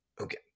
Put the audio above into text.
Okay